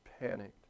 panicked